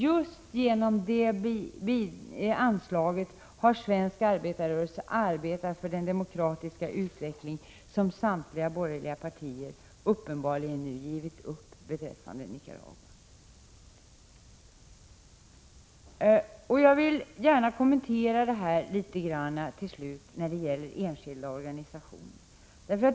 Just genom det anslaget har svensk arbetarrörelse arbetat för den demokratiska utveckling som samtliga borgerliga partier uppenbarligen nu givit upp beträffande Nicaragua. Till slut vill jag gärna något kommentera anslaget till enskilda organisationer.